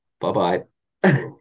Bye-bye